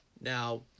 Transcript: now